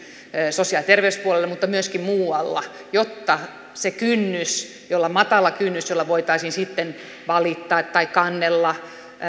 sosiaali ja terveyspuolella mutta myöskin muualla jotta olisi se matala kynnys sitten valittaa tai kannella